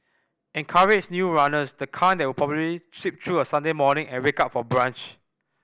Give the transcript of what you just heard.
encourage new runners the kind that would probably sleep through a Sunday morning and wake up for brunch